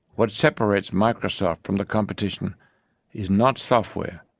what separates microsoft from the competition is not software.